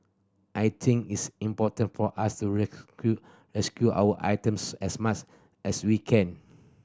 I think it's important for us to rescue our items as much as we can